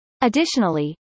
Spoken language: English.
Additionally